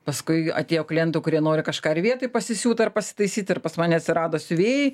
paskui atėjo klientų kurie nori kažką ir vietoj pasisiūt ar pasitaisyt ir pas mane atsirado siuvėjai